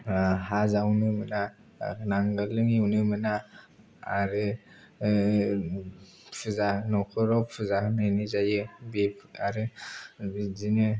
हा जावनो मोना नांगालजों एवनो मोना आरो फुजा न'खराव फुजा होनायबो जायो आरो बिदिनो